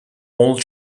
all